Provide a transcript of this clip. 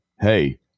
hey